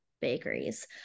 bakeries